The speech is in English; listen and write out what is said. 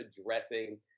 addressing